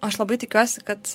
aš labai tikiuosi kad